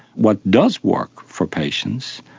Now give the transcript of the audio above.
what does work for patients,